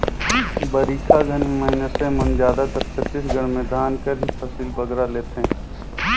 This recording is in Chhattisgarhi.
बरिखा घनी मइनसे मन जादातर छत्तीसगढ़ में धान कर ही फसिल बगरा लेथें